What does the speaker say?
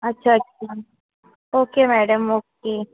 अच्छा अच्छा okay madam okay